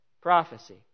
prophecy